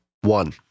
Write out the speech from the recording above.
One